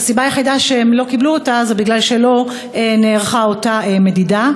כשהסיבה היחידה שהם לא קיבלו אותה היא שלא נערכה אותה מדידה?